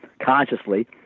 consciously